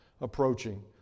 approaching